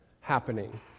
happening